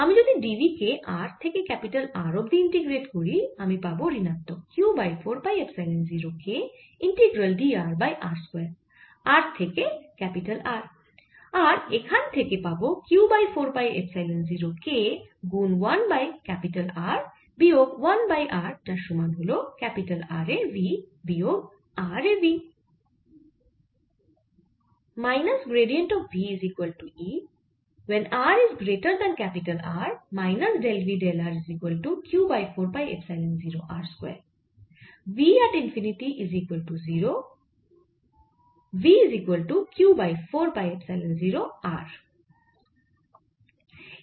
আমি যদি dv কে r থেকে ক্যাপিটাল R অবধি ইন্টিগ্রেট করি আমি পাবো ঋণাত্মক Q by 4 pi epsilon 0 k integral dr by r square r থেকে ক্যাপিটাল R আর এখান থেকে পাবো Q by 4 pi epsilon 0 k গুন 1 বাই ক্যাপিটাল R বিয়োগ 1 বাই r যার সমান হল R এ v বিয়োগ r এ v